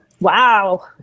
Wow